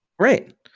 Right